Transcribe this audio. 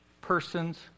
person's